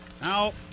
now